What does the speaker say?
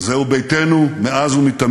מגרשים,